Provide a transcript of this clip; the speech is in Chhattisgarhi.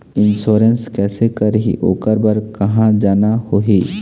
इंश्योरेंस कैसे करही, ओकर बर कहा जाना होही?